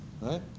right